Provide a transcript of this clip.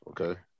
Okay